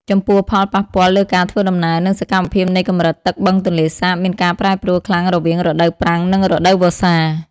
ចំពោះ ផលប៉ះពាល់លើការធ្វើដំណើរ និងសកម្មភាពនៃកម្រិតទឹកបឹងទន្លេសាបមានការប្រែប្រួលខ្លាំងរវាងរដូវប្រាំងនិងរដូវវស្សា។